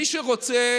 מי שרוצה